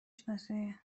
شناسی